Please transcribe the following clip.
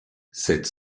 cette